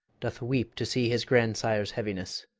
doth weep to see his grandsire's heaviness.